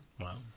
Wow